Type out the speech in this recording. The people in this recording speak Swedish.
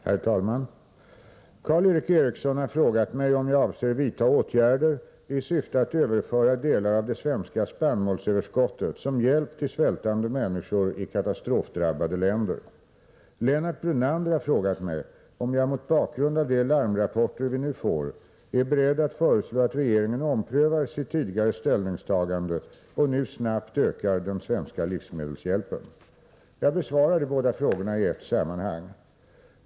Herr talman! Karl Erik Eriksson har frågat mig om jag avser vidta åtgärder i syfte att överföra delar av det svenska spannmålsöverskottet som hjälp till svältande människor i katastrofdrabbade länder. Lennart Brunander har frågat mig om jag - mot bakgrund av de larmrapporter vi nu får — är beredd att föreslå att regeringen omprövar sitt tidigare ställningstagande och nu snabbt ökar den svenska livsmedelshjälpen. Jag besvarar de båda frågorna i ett sammanhang.